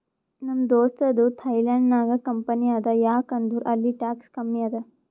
ನಮ್ ದೋಸ್ತದು ಥೈಲ್ಯಾಂಡ್ ನಾಗ್ ಕಂಪನಿ ಅದಾ ಯಾಕ್ ಅಂದುರ್ ಅಲ್ಲಿ ಟ್ಯಾಕ್ಸ್ ಕಮ್ಮಿ ಅದಾ